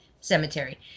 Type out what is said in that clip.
Cemetery